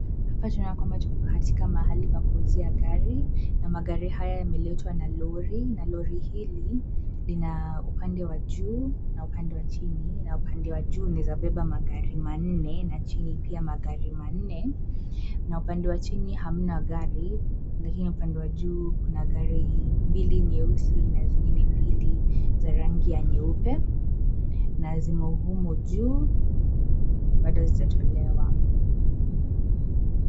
Hapa tunaona kwamba tuko katika mahali pa kuuzia gari, na magari haya yameletwa na lori, na lori hili, lina upande wa juu, na upande wa chini, na upande wa juu unaeza beba magari manne na chini pia magari manne, na upande wa chini hamna gari, lakini upande wa juu kuna gari mbili nyeusi na zingine mbili za rangi ya nyeupe, na zimo humo juu, bado hazijatolewa.